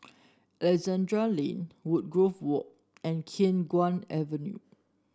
Alexandra Lane Woodgrove Walk and Khiang Guan Avenue